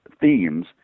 themes